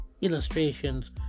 illustrations